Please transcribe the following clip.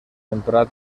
emprat